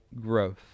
growth